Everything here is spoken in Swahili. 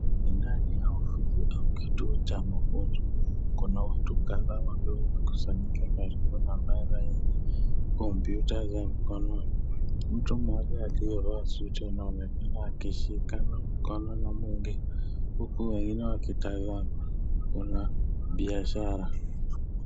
Ndani ya ofisi au kituo cha mafunzo, kuna watu kadhaa wakiwa wamekusanyika karibu na meza yenye kompyuta za mkononi mtu mmoja aliyevaa suti anaonekana akishikana mkono na mwingine huku wengine wakitazama kuna biashara